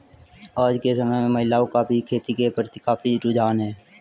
आज के समय में महिलाओं का भी खेती के प्रति काफी रुझान बढ़ा है